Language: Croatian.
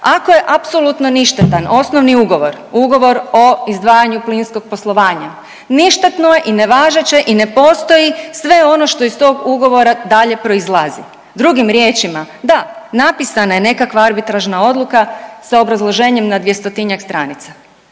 Ako je apsolutno ništetan osnovni ugovor, ugovor o izdvajanju plinskog poslovanja ništetno je i nevažeće i ne postoji sve ono što iz tog ugovora daklje proizlazi. Drugim riječima, da, napisana je nekakva arbitražna odluka sa obrazloženjem na 200-njak stranica,